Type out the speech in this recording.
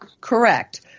correct